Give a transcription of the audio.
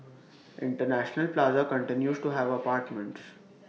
International plaza continues to have apartments